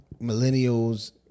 millennials